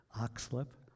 Oxlip